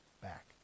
back